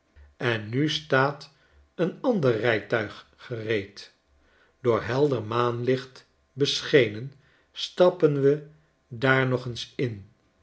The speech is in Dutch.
en nu staat een ander rijtuig gereed door helder maanlicht beschenen stappen we daar nog eens in